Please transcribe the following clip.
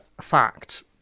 fact